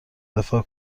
دفاع